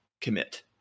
commit